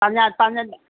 पंहिंजा असांजा